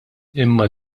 imma